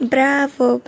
Bravo